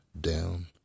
down